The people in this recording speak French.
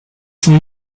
sont